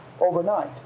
overnight